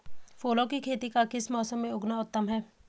फूलों की खेती का किस मौसम में उगना उत्तम है?